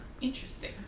Interesting